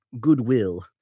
goodwill